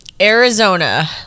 Arizona